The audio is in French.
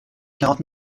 quarante